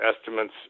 estimates